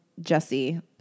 Jesse